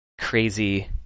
crazy